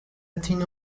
tin